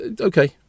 okay